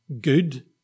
good